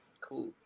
cool